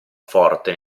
forte